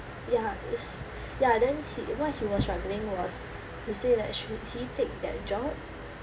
ya it's ya then he what he was struggling was he said that should he take that job